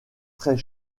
très